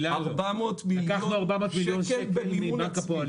לקחנו 400 מיליון שקל מבנק הפועלים במימון עצמי.